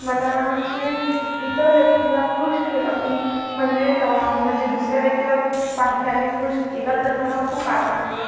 मला म्हणजे इतर व्यक्तीला खूष केलं की म्हणजे म्हणजे दुसऱ्या व्यक्तीला खूष पाहिलं आणि खूष केलं तर मला खूप आनंद होतो